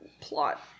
plot